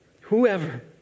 whoever